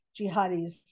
jihadis